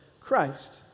Christ